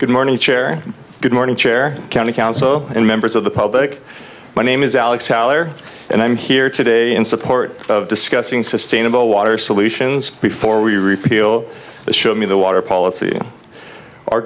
chair good morning chair county council and members of the public my name is alex heller and i'm here today in support of discussing sustainable water solutions before we repeal the show me the water policy our